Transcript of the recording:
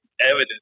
evidence